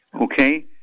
Okay